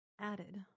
added